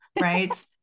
right